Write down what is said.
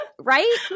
Right